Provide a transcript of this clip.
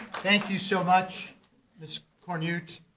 thank you so much ms. cornute,